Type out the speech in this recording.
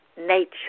nature